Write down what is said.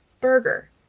burger